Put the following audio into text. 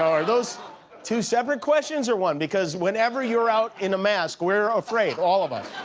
are those two separate questions or one? because whenever you're out in a mask we're afraid, all of us.